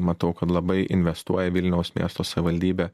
matau kad labai investuoja vilniaus miesto savivaldybė